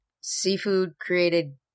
seafood-created